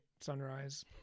sunrise